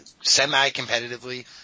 semi-competitively